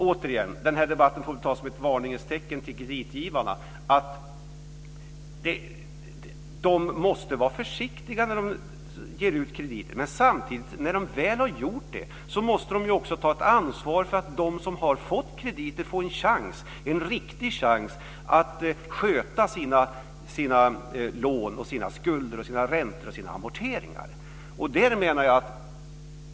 Återigen: Den här debatten ska ses som ett varningens tecken till kreditgivarna. De måste vara försiktiga när de lämnar krediter. Och när de väl har gjort det måste de också ta ansvar för att de som har fått krediter får en riktig chans att sköta sina lån, skulder, räntor och amorteringar.